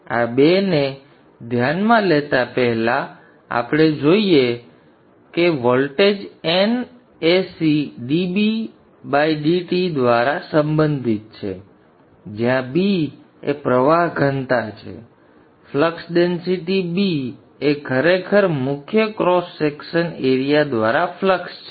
આથી આ બે ને ધ્યાનમાં લેતાં આપણે જોઈએ છીએ કે વોલ્ટેજ NAc દ્વારા સંબંધિત છે જ્યાં B એ પ્રવાહ ઘનતા છે ફ્લક્સ ડેન્સિટી B એ ખરેખર મુખ્ય ક્રોસ સેક્શન એરીયા દ્વારા ફ્લક્સ છે